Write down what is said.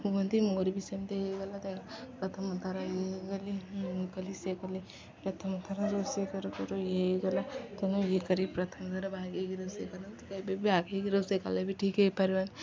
କୁହନ୍ତି ମୋର ବି ସେମିତି ହେଇଗଲା ତେଣୁ ପ୍ରଥମଥର ଇଏ ହୋଇଗଲି କଲି ସେ କଲି ପ୍ରଥମଥର ରୋଷେଇ କରୁ କରୁ ଇଏ ହୋଇଗଲା ତେଣୁ ଇଏ କରି ପ୍ରଥମ ଥର ବାଗେଇକି ରୋଷେଇ କରିବେ ବାଗେଇକି ରୋଷେଇ କଲେ ଠିକ୍ ହେଇପାରିବନି